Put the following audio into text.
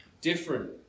different